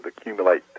accumulate